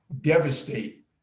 devastate